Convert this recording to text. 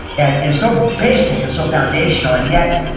and and so basic and so foundational, and yet,